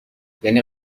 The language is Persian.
یعنی